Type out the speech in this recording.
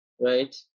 right